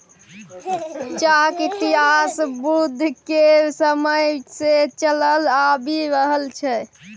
चाहक इतिहास बुद्ध केर समय सँ चलल आबि रहल छै